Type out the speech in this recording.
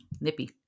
Nippy